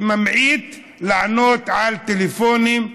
וממעט לענות לטלפונים,